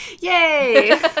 yay